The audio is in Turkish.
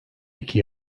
iki